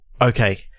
okay